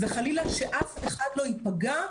וחלילה שאף אחד לא ייפגע.